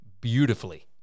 beautifully